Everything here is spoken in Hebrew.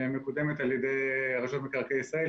שמקודמת על ידי רשות מקרקעי ישראל,